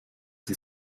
sie